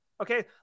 Okay